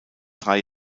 drei